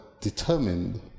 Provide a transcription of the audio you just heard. determined